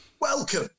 Welcome